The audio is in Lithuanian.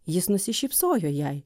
jis nusišypsojo jai